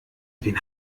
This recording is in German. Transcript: wen